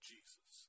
Jesus